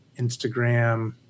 Instagram